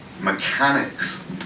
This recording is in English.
mechanics